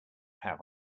have